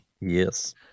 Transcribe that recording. Yes